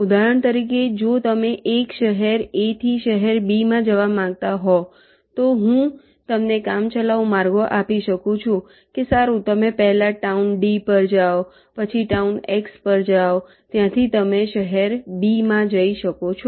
ઉદાહરણ તરીકે જો તમે એક શહેર a થી શહેર b માં જવા માંગતા હો તો હું તમને કામચલાઉ માર્ગો આપી શકું છું કે સારું તમે પહેલા ટાઉન d પર જાઓ પછી ટાઉન x પર જાઓ ત્યાંથી તમે શહેર b માં જઈ શકો છો